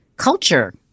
culture